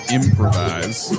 improvise